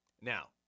Now